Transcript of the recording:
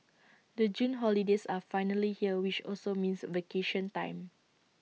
the June holidays are finally here which also means vacation time